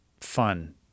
fun